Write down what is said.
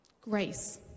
Grace